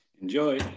Enjoy